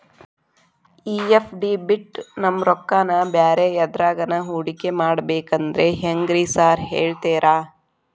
ಈ ಎಫ್.ಡಿ ಬಿಟ್ ನಮ್ ರೊಕ್ಕನಾ ಬ್ಯಾರೆ ಎದ್ರಾಗಾನ ಹೂಡಿಕೆ ಮಾಡಬೇಕಂದ್ರೆ ಹೆಂಗ್ರಿ ಸಾರ್ ಹೇಳ್ತೇರಾ?